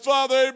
Father